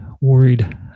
worried